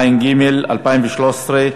התשע"ג 2013,